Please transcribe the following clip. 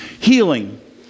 Healing